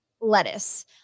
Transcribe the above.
lettuce